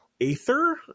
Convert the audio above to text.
Aether